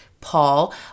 Paul